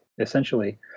essentially